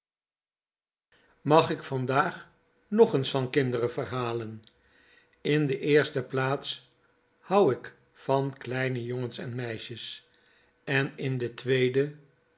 mag k vandaag ng eens van kinderen verhalen in de eerste plaats hou k van kleine jongens en meisjes in de tweede